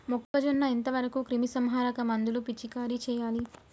మొక్కజొన్న ఎంత వరకు క్రిమిసంహారక మందులు పిచికారీ చేయాలి?